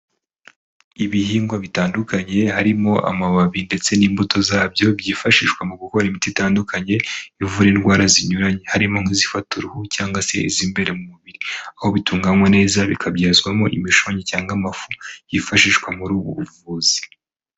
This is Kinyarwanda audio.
Ibihingwa bitandukanye harimo amababi ndetse n'imbuto zabyo byifashishwa mu gukora imiti itandukanye, bivura indwara zinyuranye, harimo nk'izifata uruhu cyangwa se iz'imbere mu mubiri. Aho bitunganywa neza bikabyazwamo imishogi cyangwa amafu yifashishwa muri ubu buvuzi.